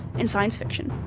and science fiction.